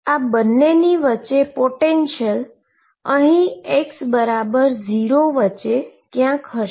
આ બંનેની વચ્ચે પોટેંશીઅલ x0 વચ્ચે ક્યાંક હશે